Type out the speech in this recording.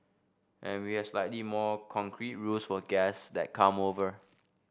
and we have slightly more concrete rules for guests that come over